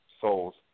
souls